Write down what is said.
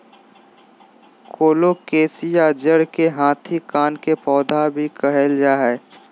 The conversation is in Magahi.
कोलोकेशिया जड़ के हाथी कान के पौधा भी कहल जा हई